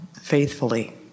faithfully